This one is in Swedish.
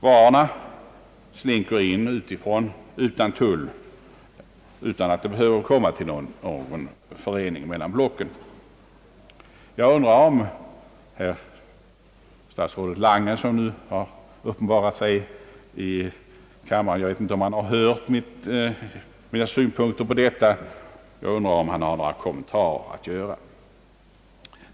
Varorna kommer in i respektive länder utan tullpålägg trots att det inte åstadkommits någon förening mellan blocken. Jag undrar om statsrådet Lange, som nu har uppenbarat sig i kammaren — jag vet inte om han hört mina synpunkter på detta — har några kommentarer att göra?